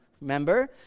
remember